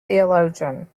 theologian